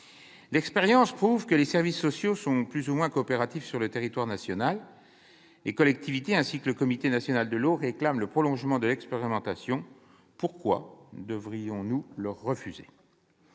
l'expérience prouve que les services sociaux sont plus ou moins coopératifs sur le territoire national. Les collectivités territoriales concernées, ainsi que le Comité national de l'eau, réclament le prolongement de l'expérimentation. Pourquoi devrions-nous le leur refuser ?